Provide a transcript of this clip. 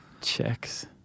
Checks